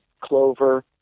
clover